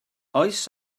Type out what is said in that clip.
oes